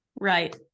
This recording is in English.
Right